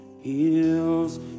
heals